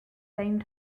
same